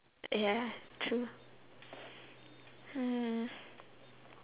ya true hmm